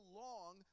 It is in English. long